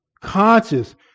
conscious